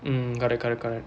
mm correct correct correct